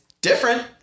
different